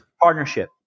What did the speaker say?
partnership